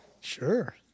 sure